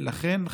לכן,